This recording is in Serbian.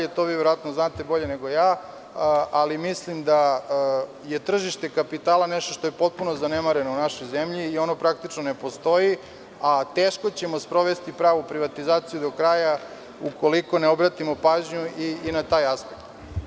To vi verovatno znate bolje nego ja, ali mislim da je tržište kapitala nešto što je potpuno zanemareno u našoj zemlji i ono praktično ne postoji, a teško ćemo sprovesti pravu privatizaciju do kraja, ukoliko ne obratimo pažnju i na taj aspekt.